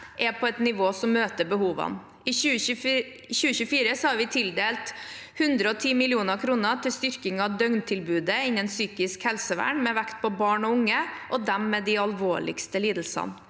er på et nivå som møter behovene. I 2024 har vi tildelt 110 mill. kr til styrking av døgntilbudet innen psykisk helsevern, med vekt på barn og unge og dem med de alvorligste lidelsene.